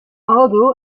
aldo